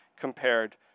compared